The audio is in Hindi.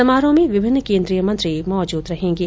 समारोह में विभिन्न केन्द्रीय मंत्री मौजूद रहेंगे